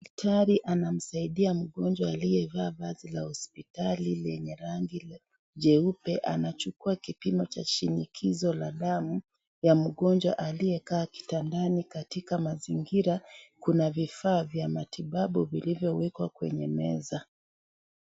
Daktari anamsaidia mgonjwa aliyevaa vazi la hospitali lenye rangi jeupe , anachukua kipimo cha shinikizo la damu ya mgonjwa aliyekaa kitandani katika mazingira , kuna vifaa vya matibabu vilivyowekwa kwenye meza.